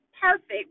perfect